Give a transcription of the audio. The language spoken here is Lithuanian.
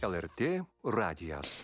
lrt radijas